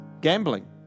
gambling